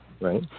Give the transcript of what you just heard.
right